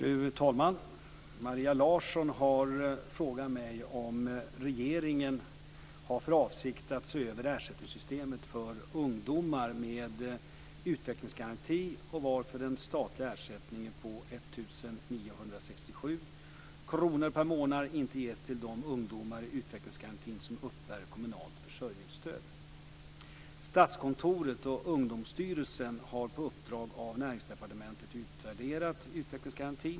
Fru talman! Maria Larsson har frågat mig om regeringen har för avsikt att se över ersättningssystemet för ungdomar med utvecklingsgaranti och varför den statliga ersättningen på 1 967 kr per månad inte ges till de ungdomar i utvecklingsgarantin som uppbär kommunalt försörjningsstöd. Statskontoret och Ungdomsstyrelsen har på uppdrag av Näringsdepartementet utvärderat utvecklingsgarantin.